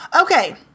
Okay